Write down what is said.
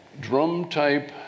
drum-type